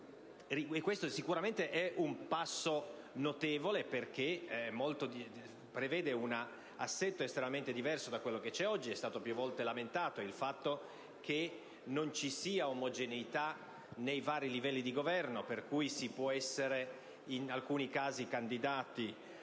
Si tratta sicuramente di un passo notevole, perché prevede un assetto estremamente diverso da quello attuale. È stato più volte lamentato il fatto che non ci sia omogeneità nei vari livelli di Governo, per cui si può essere in alcuni casi candidati